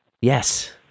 Yes